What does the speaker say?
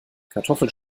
kartoffeln